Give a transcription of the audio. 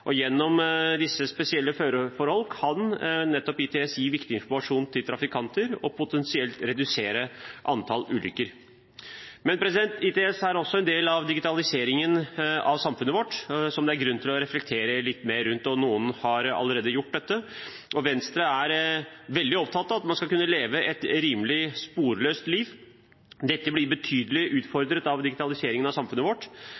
spesielle føreforhold kan nettopp ITS gi viktig informasjon til trafikanter og potensielt redusere antall ulykker. Men ITS er også en del av digitaliseringen av samfunnet vårt, som det er grunn til å reflektere litt mer rundt, og noen har allerede gjort dette. Venstre er veldig opptatt av at man skal kunne leve et rimelig sporløst liv. Dette blir betydelig utfordret av digitaliseringen av samfunnet vårt.